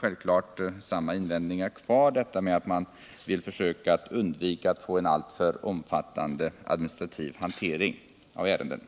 självfallet samma invändning som förut funnits kvar, dvs. att man vill försöka undvika att få en alltför omfattande administrativ hantering av ärenden.